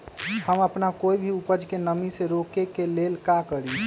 हम अपना कोई भी उपज के नमी से रोके के ले का करी?